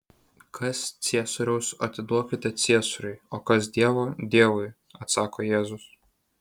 kas ciesoriaus atiduokite ciesoriui o kas dievo dievui atsako jėzus